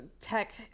tech